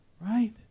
Right